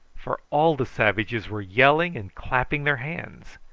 for all the savages were yelling and clapping their hands.